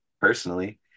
personally